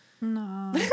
No